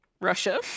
russia